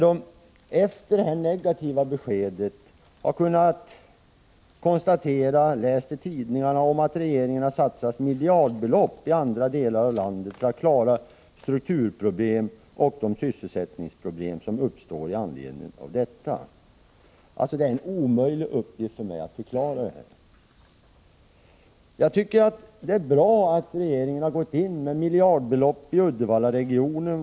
Efter att ha fått det negativa beskedet har man genom tidningarna kunnat konstatera att regeringen har satsat miljardbelopp i andra delar av landet för att klara de strukturoch sysselsättningsproblem som uppstår. Det är således en omöjlig uppgift för mig att förklara detta. Jag tycker att det är bra att regeringen har gått in och satsat miljardbelopp i Uddevallaregionen.